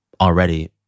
already